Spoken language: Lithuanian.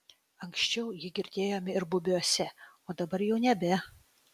anksčiau jį girdėjome ir bubiuose o dabar jau nebe